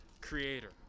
creator